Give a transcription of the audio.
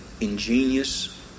ingenious